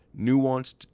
nuanced